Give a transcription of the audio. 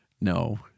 No